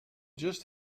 just